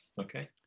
okay